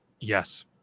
Yes